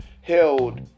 held